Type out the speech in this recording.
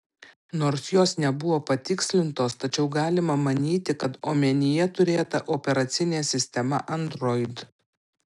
nors jos nebuvo patikslintos tačiau galima manyti kad omenyje turėta operacinė sistema android